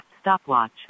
Stopwatch